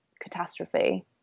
catastrophe